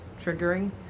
triggering